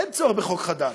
אין צורך בחוק חדש,